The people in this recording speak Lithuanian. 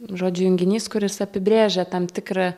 žodžių junginys kuris apibrėžia tam tikrą